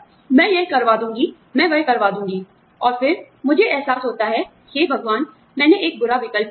मैं यह करवा दूँगी वह करवा दूँगी और फिर मुझे एहसास होता है हे भगवान मैंने एक बुरा विकल्प लिया है